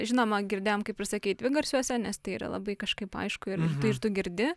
žinoma girdėjom kaip ir sakei dvigarsiuose nes tai yra labai kažkaip aišku ir ir tu girdi